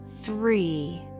three